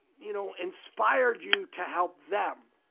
you know, inspired you to help them.